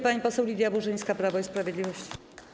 Pani poseł Lidia Burzyńska, Prawo i Sprawiedliwość.